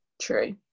True